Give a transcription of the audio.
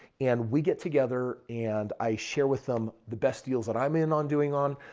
and we get together and i share with them the best deals that i'm in on doing on.